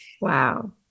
Wow